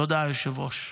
תודה, היושב-ראש.